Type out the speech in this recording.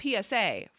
PSA